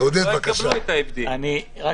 אני רק